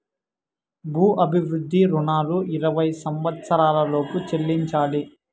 భూ అభివృద్ధి రుణాలు ఇరవై సంవచ్చరాల లోపు చెల్లించాలి